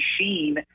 machine